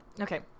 okay